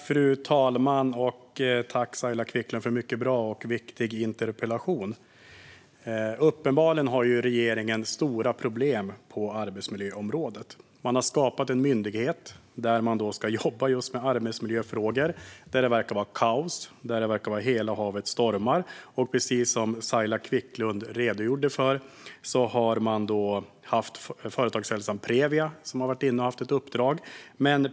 Fru talman! Jag tackar Saila Quicklund för en mycket bra och viktig interpellation. Uppenbarligen har regeringen stora problem på arbetsmiljöområdet. Man har skapat en myndighet som ska jobba just med arbetsmiljöfrågor men där det verkar vara kaos och hela havet stormar. Precis som Saila Quicklund redogjorde för har företagshälsobolaget Previa haft ett uppdrag.